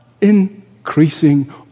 increasing